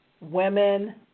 women